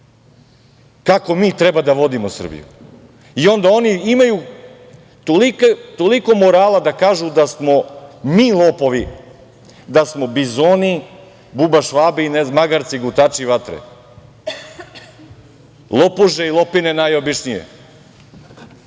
kako mi treba da vodimo Srbiju. I onda oni imaju toliko morala da kažu da smo mi lopovi, da smo bizoni, bubašvabe, magarci, gutači vatre. Lopuže i lopine najobičnije.